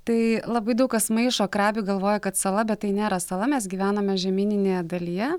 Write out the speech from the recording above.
tai labai daug kas maišo krabi galvoja kad sala bet tai nėra sala mes gyvename žemyninėje dalyje